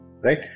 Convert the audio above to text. right